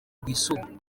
rwisumbuye